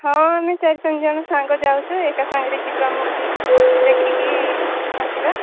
ହଁ ଆମେ ଚାରି ପାଞ୍ଚଜଣ ସାଙ୍ଗ ଯାଉଛୁ ଏକା ସାଙ୍ଗରେ ଯିବା ମୁଭି ଦେଖିକି ଆସିବା